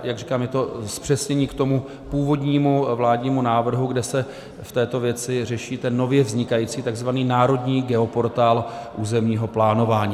Jak říkám, je to zpřesnění k původnímu vládnímu návrhu, kde se v této věci řeší nově vznikající takzvaný národní geoportál územního plánování.